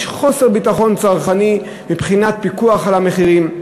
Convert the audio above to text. חוסר ביטחון צרכני מבחינת הפיקוח על המחירים,